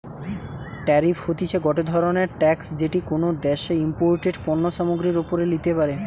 tariff হতিছে গটে ধরণের ট্যাক্স যেটি কোনো দ্যাশে ইমপোর্টেড পণ্য সামগ্রীর ওপরে লিতে পারে